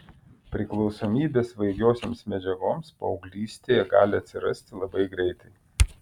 priklausomybė svaigiosioms medžiagoms paauglystėje gali atsirasti labai greitai